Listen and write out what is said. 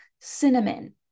cinnamon